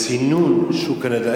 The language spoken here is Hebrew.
"צינון שוק הנדל"ן".